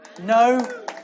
No